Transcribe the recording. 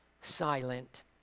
silent